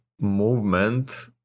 movement